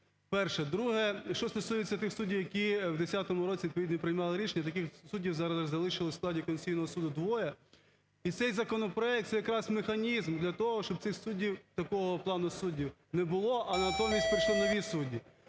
перше. Друге, що стосується тих суддів, які у 2010 році відповідні приймали рішення? Таких суддів зараз залишилося у складі Конституційного Суду двоє. І цей законопроект це якраз механізм для того, щоб цих суддів, такого плану суддів, не було, а натомість прийшли нові судді.